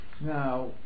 Now